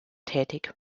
tätig